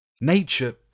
Nature